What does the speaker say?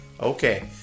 Okay